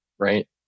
right